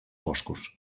boscos